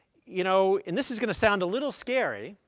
you know and this is going to sound a little scary,